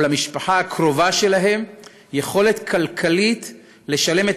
או למשפחה הקרובה שלהם יכולת כלכלית לשלם את